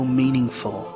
meaningful